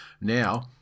now